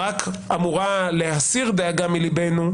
רק אמורה להסיר דאגה מליבנו,